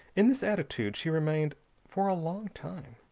in this attitude she remained for a long time.